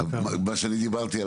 מה שאני דיברתי,